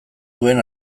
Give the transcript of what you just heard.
duen